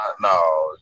No